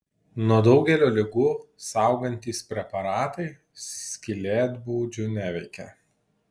nuo daugelio ligų saugantys preparatai skylėtbudžių neveikia